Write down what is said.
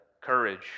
courage